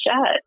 shut